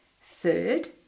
Third